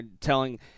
telling –